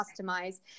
customize